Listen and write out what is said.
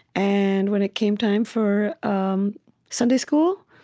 and when it came time for um sunday school,